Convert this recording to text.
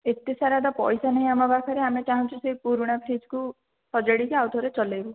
ଏତେ ସାରା ତ ପଇସା ନାହିଁ ଆମ ପାଖରେ ଆମେ ଚାଁହୁଛୁ ସେ ପୁରୁଣା ଫ୍ରିଜ୍କୁ ସଜାଡ଼ିକି ଆଉ ଥରେ ଚଲାଇବୁ